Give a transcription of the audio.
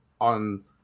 on